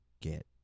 get